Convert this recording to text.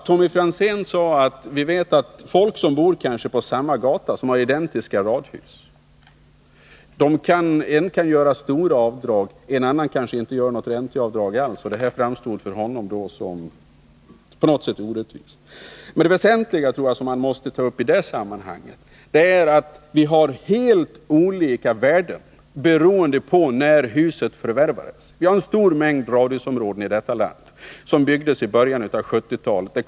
Vi vet att det finns folk som kanske bor på samma gata och har identiska radhus, och någon gör stora Nr 51 avdrag medan en annan kanske inte gör några avdrag alls. Det framstod för Tisdagen den Tommy Franzén som på något sätt orättvist, men jag tror att det väsentliga 16 december 1980 som vi måste ta upp i detta sammanhang är att vi har helt olika Vi har en stor mängd radhusområden i detta land som byggdes i början av 1970-talet.